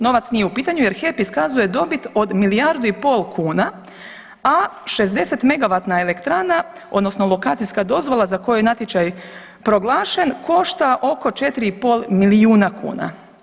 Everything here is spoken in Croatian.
Novac nije u pitanju jer HEP iskazuje dobit od milijardu i pol kuna, a 60-megavatna elektrana odnosno alokacijska dozvola za koju je natječaj proglašen košta oko 4,5 milijuna kuna.